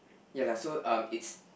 ya lah so um it's